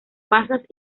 pasas